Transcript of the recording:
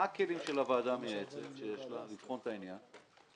מה הכלים שיש לוועדה המייעצת לבחון את העניין?